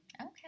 Okay